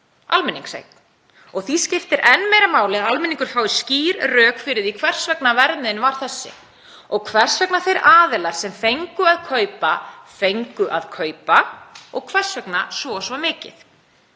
almenningseign. Því skiptir enn meira máli að almenningur fái skýr rök fyrir því hvers vegna verðmiðinn var þessi og hvers vegna þeir aðilar sem fengu að kaupa fengu að kaupa og hvers vegna svo og svo mikið.